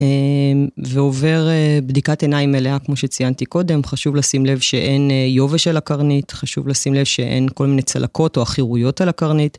ועובר בדיקת עיניים מלאה, כמו שציינתי קודם. חשוב לשים לב שאין יובש על הקרנית, חשוב לשים לב שאין כל מיני צלקות או אחירויות על הקרנית.